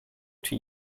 two